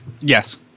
Yes